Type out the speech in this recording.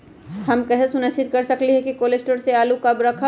हम कैसे सुनिश्चित कर सकली ह कि कोल शटोर से आलू कब रखब?